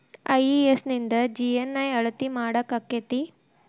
IES ನಿಂದ GNI ಅಳತಿ ಮಾಡಾಕಕ್ಕೆತಿ?